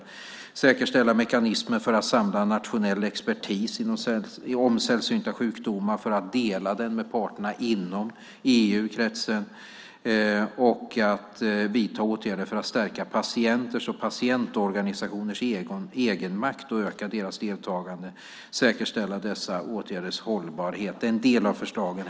Man ska säkerställa mekanismer för att samla nationell expertis om sällsynta sjukdomar för att dela den med parterna inom EU-kretsen och vidta åtgärder för att stärka patienters och patientorganisationers egenmakt, öka deras deltagande och säkerställa dessa åtgärders hållbarhet. Det är en del av förslagen.